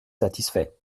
satisfait